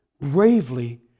bravely